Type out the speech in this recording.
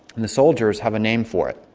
and the soldiers have a name for it.